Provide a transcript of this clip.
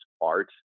art